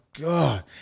God